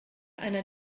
einer